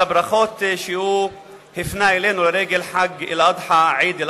על הברכות שהוא הפנה אלינו לרגל חג עיד-אל-אדחא,